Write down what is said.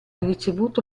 ricevuto